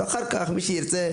ואחר כך מי שירצה,